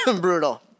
Brutal